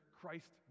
Christ